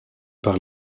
par